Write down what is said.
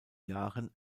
jahren